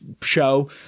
show